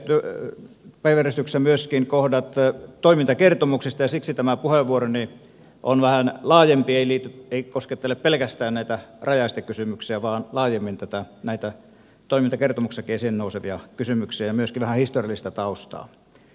tänäänhän on päiväjärjestyksessä myöskin kohdat toimintakertomuksista ja siksi tämä puheenvuoroni on vähän laajempi eikä koskettele pelkästään näitä rajaestekysymyksiä vaan laajemmin näitä toimintakertomuksissakin esiin nousevia kysymyksiä ja myöskin vähän historiallista taustaa